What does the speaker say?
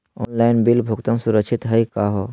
Online bill भुगतान सुरक्षित हई का हो?